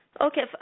Okay